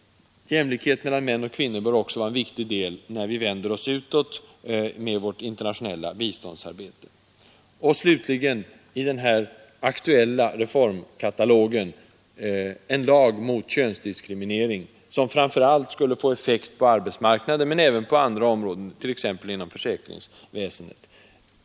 Jämlikhet mellan män och kvinnor bör också vara ett viktigt mål när vi vänder oss utåt med vårt internationella biståndsarbete. I den här aktuella reformkatalogen vill jag slutligen nämna en lag mot könsdiskriminering, som framför allt skulle få effekt på arbetsmarknaden men även på andra områden, t.ex. inom försäkringsväsendet.